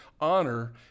honor